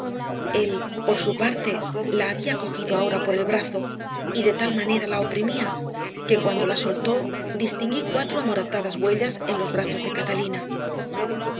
él por su parte la había cogido ahora por el brazo y de tal manera la oprimía que cuando la soltó distinguí cuatro amoratadas huellas en los brazos de catalina